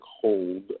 hold